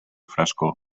frescor